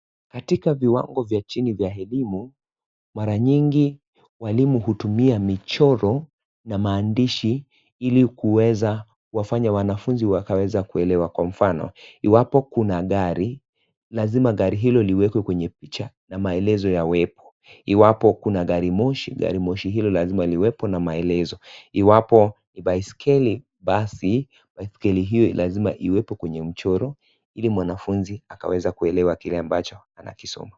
Katika viwango vya chini vya elimu mara nyingi mwalimu hutumia michoro na maandishi ili kuweza kufanya wanafunzi wakaweze kuelewa Kwa mfano iwapo kuna gari lazima gari hilo liwekwe kwenye picha na maelezo yawepo iwapo kuna garimoshi ,garimoshi Hilo lazima liwekwe na maelezo iwapo kuna baiskeli basi lazima baiskeli hiyo iwepo kwenye mchoro ili mwanafunzi aweze kuelewa kile ambacho anakisoma .